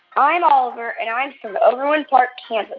i'm oliver. and i'm from overland park, kan.